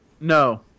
No